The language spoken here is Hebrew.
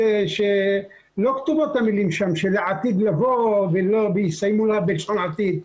לא כתובות המילים שם שלעתיד לבוא ולא יסיימו בלשון עתיד.